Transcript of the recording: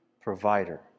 provider